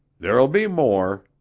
there'll be more,